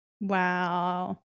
Wow